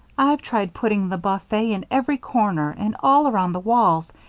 i've tried putting the buffet in every corner and all around the walls,